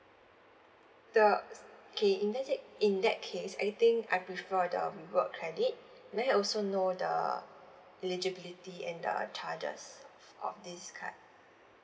the s~ K in that say in that case I think I prefer the um reward credit may I also know the eligibility and the charges of of this card